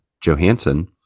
Johansson